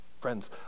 Friends